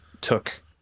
took